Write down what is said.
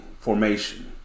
formation